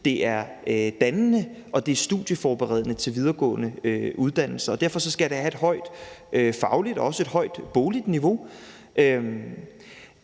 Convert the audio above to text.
Det er dannende, og det er studieforberedende til videregående uddannelser, og derfor skal det have et højt fagligt og også et højt bogligt niveau.